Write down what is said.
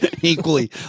Equally